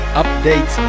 update